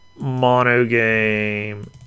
monogame